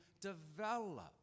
develop